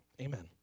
Amen